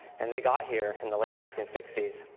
and they got here in the late nineteen sixty s.